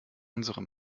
unsere